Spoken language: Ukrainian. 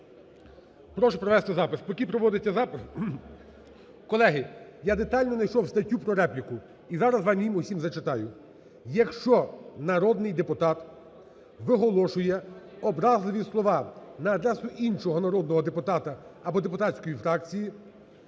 Прошу провести запис.